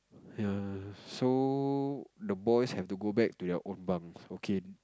ya so the boys have to go back to their own bunks okay